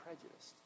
prejudiced